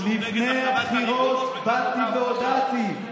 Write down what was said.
לפני הבחירות באתי והודעתי,